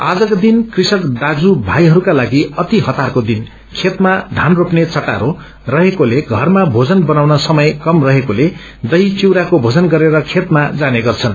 आजको दिन कृषक दाज्यू भाइहरूका लागि अति हतारको दिन खेतमा धान रोने चटारो रहेकोले घरमा भोजन बनाउन समय कम रहेकोले दक्षी विउराको भोजन गरेर खेतमा जाने गर्छन्